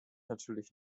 natürlich